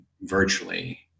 virtually